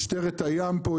משטרת הים פה,